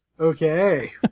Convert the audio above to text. Okay